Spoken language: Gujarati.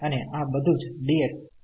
અને આ બધુ જ dx પદ સાથે